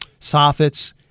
soffits